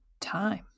time